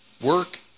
work